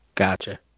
Gotcha